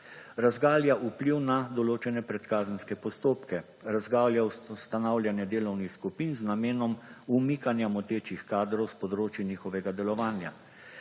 Razgalja vpliv na določene predkazenske postopke, razgalja ustanavljanje delovnih skupin z namenom umikanja motečih kadrov s področij njihovega delovanja.